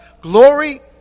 Glory